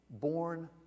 born